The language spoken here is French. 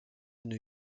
new